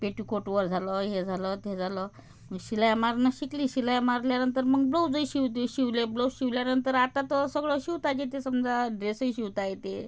पेटीकोटवर झालं हे झालं ते झालं शिलाई मारणं शिकली शिलाई मारल्यानंतर मग ब्लाऊजही शिवते शिवले ब्लाऊज शिवल्यानंतर आता तर सगळं शिवताच येत समजा ड्रेसही शिवता येते